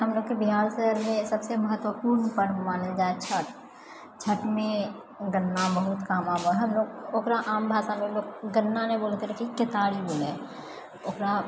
हमलोगके बिहारसँ सबसँ महत्वपूर्ण पर्व मानल जाइ है छठ छठमे गन्ना बहुत काम आबै है लोग ओकरा आम भाषामे लोग गन्ना नहि बोलै है केतारी बोलै है ओकरा